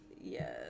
Yes